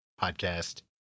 podcast